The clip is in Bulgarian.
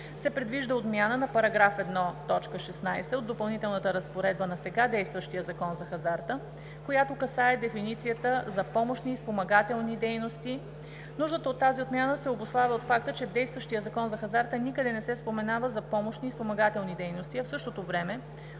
се предвижда отмяната на § 1, т. 16 от Допълнителната разпоредба на сега действащия Закон за хазарта, която касае дефиницията за „помощни и спомагателни дейности“. Нуждата от тази отмяна се обуславя от факта, че в действащия Закон за хазарта никъде не се споменава за „помощни и спомагателни дейности“, а в същото време